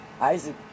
Isaac